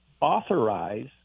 authorize